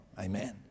Amen